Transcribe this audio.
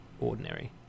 ordinary